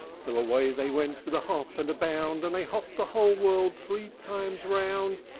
so away they went with a hop and a bound and they hopped the whole world three times round.